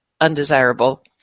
undesirable